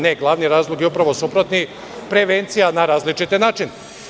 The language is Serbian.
Ne, glavni razlog je upravo suprotni, prevencija na različite načine.